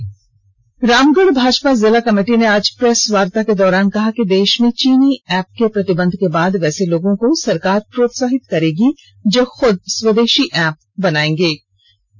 आत्मनिर्भर रामगढ़ भाजपा जिला कमिटि ने आज प्रेस वार्ता के दौरान कहा कि देश में चीनी ऐप्प के प्रतिबंध के बाद वैसे लोगों को सरकार प्रोत्साहित करेगी जो खुद स्वदेशी ऐप्प बनायेगी